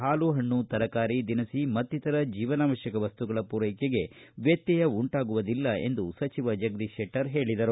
ಹಾಲು ಪಣ್ಣು ತರಕಾರಿ ದಿನಸಿ ಮತ್ತಿತರ ಜೀವನಾವಶ್ಯಕ ವಸ್ತುಗಳ ಮೂರೈಕೆಗೆ ವ್ಯತ್ಯಯ ಉಂಟಾಗುವುದಿಲ್ಲ ಎಂದು ಅವರು ಹೇಳಿದರು